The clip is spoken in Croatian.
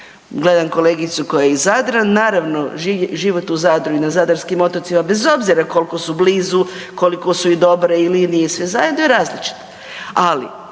Gledam kolegicu koja je iz Zadra, naravno život u Zadru i na zadarskim otocima bez obzira kolko su blizu, koliko su i dobre i linije i sve zajedno je različit.